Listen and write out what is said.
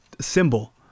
symbol